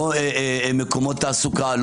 לא מקומות תעסוקה,